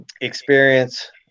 experience